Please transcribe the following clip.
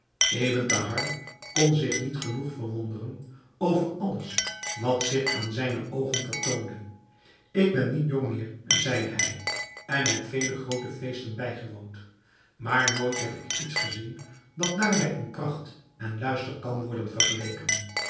thahar kon zich niet genoeg verwonderen over alles wat zich aan zijne oogen vertoonde ik ben niet jong meer zeide hij en heb vele groote feesten bijgewoond maar nooit heb ik iets gezien dat daarbij in pracht en luister kan worden vergeleken